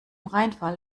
rheinfall